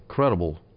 Incredible